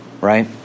Right